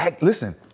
Listen